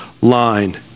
line